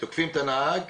תוקפים את הנהג.